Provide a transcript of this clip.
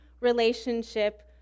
relationship